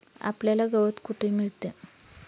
आपल्याला गवत कुठे मिळतं?